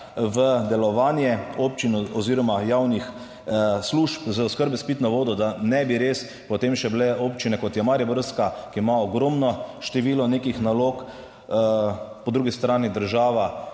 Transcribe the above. v delovanje občin oziroma javnih služb oskrbe s pitno vodo, da ne bi res potem še bile občine kot je mariborska, ki ima ogromno število nekih nalog, po drugi strani država